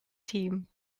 team